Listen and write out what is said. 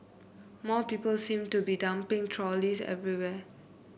more people seem to be dumping trolleys everywhere